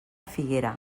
figuera